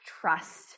trust